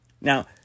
Now